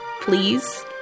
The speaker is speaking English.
please